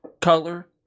color